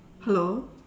hello